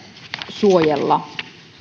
suojella